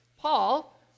Paul